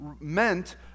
meant